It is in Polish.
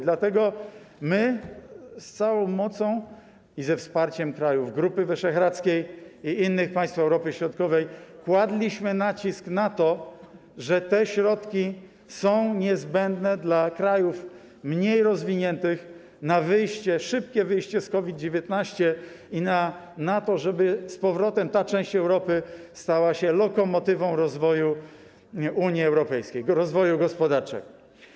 Dlatego z całą mocą, także ze wsparciem krajów Grupy Wyszehradzkiej i innych państw Europy Środkowej, kładliśmy na to nacisk, mówiąc, że te środki są niezbędne dla krajów mniej rozwiniętych, jeżeli chodzi o wyjście, szybkie wyjście z COVID-19, żeby z powrotem ta część Europy stała się lokomotywą rozwoju Unii Europejskiej, rozwoju gospodarczego.